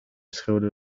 schreeuwde